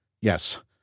Yes